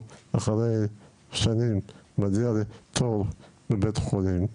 אחרי שנים הוא מגיע לתור בבית חולים,